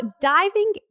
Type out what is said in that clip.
diving